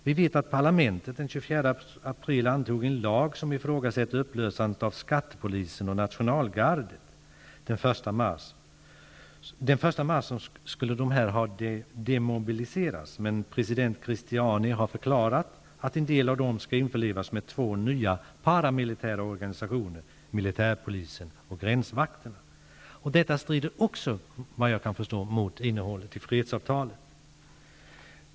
Vi vet att parlamentet den 24 april antog en lag som ifrågasätter upplösandet av skattepolisen och nationalgardet. Den 1 mars skulle de ha demobiliserats, men president Christiani har förklarat att en del av dem skall införlivas med två nya paramilitära organisationer, militärpolisen och gränsvakten. Detta strider också enligt vad jag kan förstå mot innehållet i fredsavtalet.